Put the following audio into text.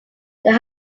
there